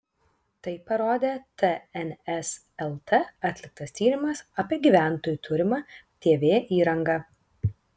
tai parodė tns lt atliktas tyrimas apie gyventojų turimą tv įrangą